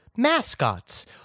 mascots